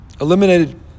eliminated